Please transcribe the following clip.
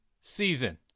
season